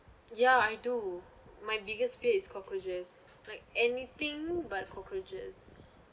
ya I do my biggest fear is cockroaches like anything but cockroaches